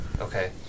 Okay